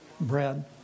bread